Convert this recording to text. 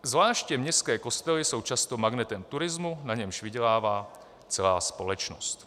Zvláště městské kostely jsou často magnetem turismu, na němž vydělává celá společnost.